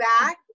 back